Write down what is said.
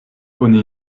oni